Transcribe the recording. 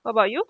what about you